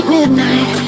Midnight